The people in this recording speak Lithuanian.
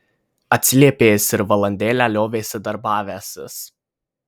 atsiliepė jis ir valandėlę liovėsi darbavęsis